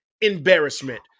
embarrassment